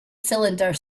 cylinder